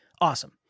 awesome